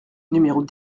numéros